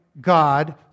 God